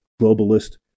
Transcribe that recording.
globalist